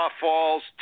Falls